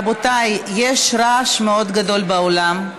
רבותיי, יש רעש גדול מאוד באולם.